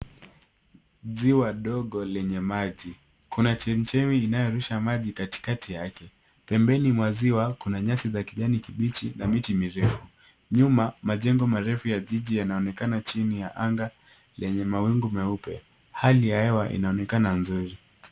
Ziwa dogo lenye maji. Kuna chemichemi inayorusha maji katikati yake. Pembeni mwa ziwa, kuna nyasi za kijani kibichi na miti mirefu. Nyuma, majengo marefu ya jiji yanaonekana chini ya anga lenye mawingu meupe. Hali ya hewa inaonekana nzuri.